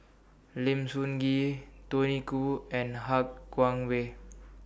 Lim Sun Gee Tony Khoo and Han Guangwei